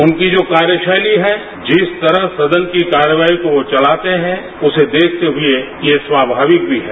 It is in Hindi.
उनकी जो कार्यशैली है जिस तरह सदन की कार्रवाई को वो चलाते हैं उसे देखते हुए ये स्वाभाविक भी है